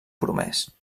promès